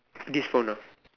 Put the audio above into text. this phone ah